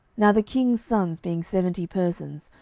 now the king's sons, being seventy persons,